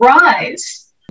rise